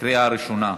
קריאה ראשונה.